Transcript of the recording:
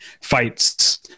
fights